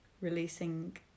releasing